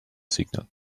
signal